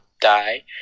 die